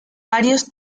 varios